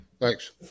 Thanks